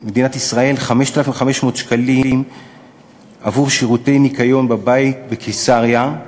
מדינת ישראל 5,500 שקלים עבור שירותי ניקיון בבית בקיסריה,